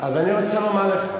אז אני רוצה לומר לך,